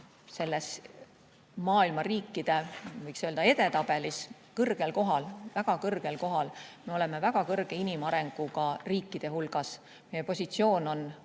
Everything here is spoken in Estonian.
selles maailma riikide, võiks öelda edetabelis kõrgel kohal, väga kõrgel kohal. Me oleme väga kõrge inimarenguga riikide hulgas, meie positsioon on